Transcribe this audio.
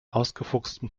ausgefuchsten